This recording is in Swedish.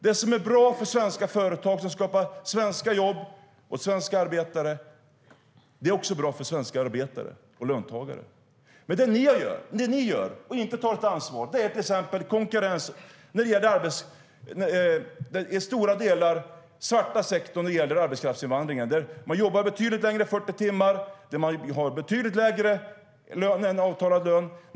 Det som är bra för svenska företag, som skapar svenska jobb, är också bra för svenska arbetare och löntagare. Det som ni gör och inte tar något ansvar för är till exempel den svarta sektorn när det gäller arbetskraftsinvandring. Man jobbar betydligt längre än 40 timmar i veckan, och man har betydligt lägre lön än avtalad lön.